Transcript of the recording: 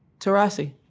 taurasi,